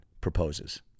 proposes